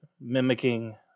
Mimicking